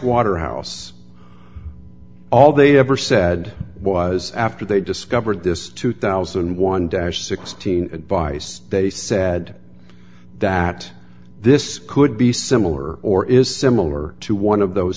pricewaterhouse all they ever said was after they discovered this two thousand and one dash sixteen advice they said that this could be similar or is similar to one of those